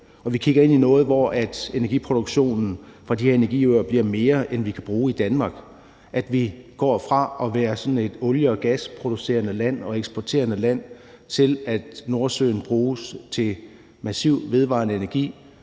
Vi kigger ind i noget, hvor energiproduktionen fra de her energiøer bliver mere, end vi kan bruge i Danmark, og hvor vi går fra at være sådan et olie- og gasproducerende og -eksporterende land, til at Nordsøen bruges til massiv vedvarende energi,